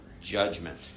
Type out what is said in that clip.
judgment